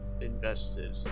invested